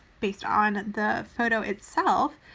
based on the photo itself.